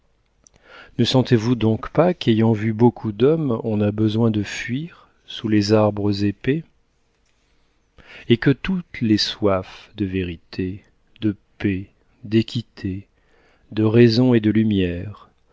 ne sentez-vous donc pas qu'ayant vu beaucoup d'hommes on a besoin de fuir sous les arbres épais et que toutes les soifs de vérité de paix d'équité de raison et de lumière